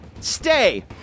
stay